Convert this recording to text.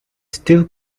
still